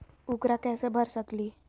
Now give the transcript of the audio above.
ऊकरा कैसे भर सकीले?